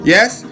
Yes